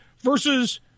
versus